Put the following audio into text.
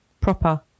Proper